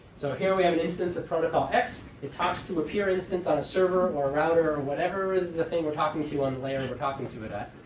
so here we have an instance of protocol x. it talks to a pure instance on a server or router or whatever is the thing we're talking to on the layer and we're talking to it at.